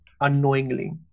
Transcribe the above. unknowingly